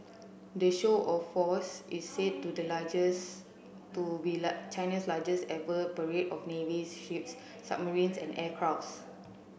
the show of force is said to the largest to be China's largest ever parade of naval ships submarines and aircrafts